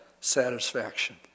satisfaction